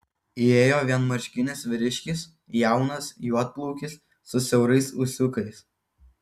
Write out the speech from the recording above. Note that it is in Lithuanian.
įėjo vienmarškinis vyriškis jaunas juodplaukis su siaurais ūsiukais